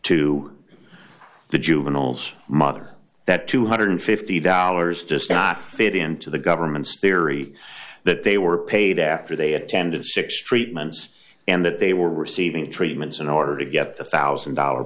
to the juvenile's mother that two hundred and fifty dollars does not fit into the government's theory that they were paid after they attended six treatments and that they were receiving treatments in order to get the one thousand dollar